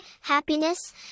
happiness